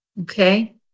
Okay